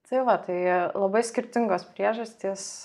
tai va tai labai skirtingos priežastys